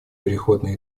переходный